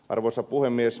arvoisa puhemies